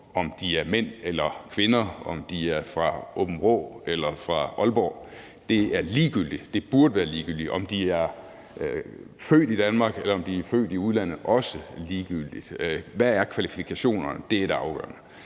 om de er mænd eller kvinder, om de er fra Aabenraa eller fra Aalborg. Det er ligegyldigt, det burde være ligegyldigt. Om de er født i Danmark, eller om de er født i udlandet, er også ligegyldigt. Hvad kvalifikationerne er, er det afgørende.